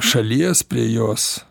šalies prie jos